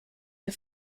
wir